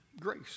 grace